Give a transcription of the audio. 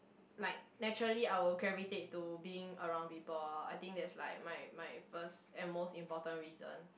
like naturally I will gravitate to being around people I think that's like my my first and most important reason